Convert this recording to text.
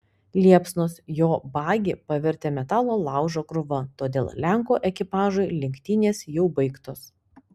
liepsnos jo bagį pavertė metalo laužo krūva todėl lenkų ekipažui lenktynės jau baigtos